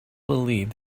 believed